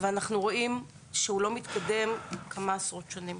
ואנחנו רואים שהוא לא מתקדם כמה עשרות שנים.